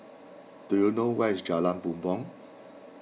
do you know where is Jalan Bumbong